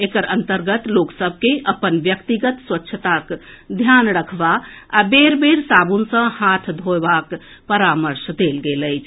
एकर अंतर्गत लोक सभ के अपन व्यक्तिगत स्वच्छताक ध्यान रखबा आ बेर बेर साबुन सॅ हाथ धोबाक परामर्श देल गेल अछि